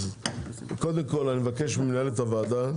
אז קודם כל, אני מבקש ממנהלת הוועדה,